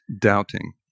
doubting